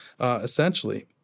essentially